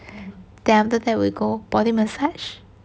then after that we go body massage